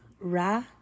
ra